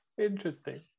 Interesting